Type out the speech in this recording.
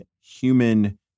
human